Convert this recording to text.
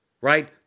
right